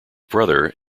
brother